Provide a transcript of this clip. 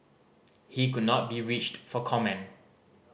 he could not be reached for comment